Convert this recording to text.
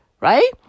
Right